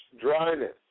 dryness